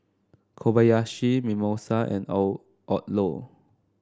Kobayashi Mimosa and Odlo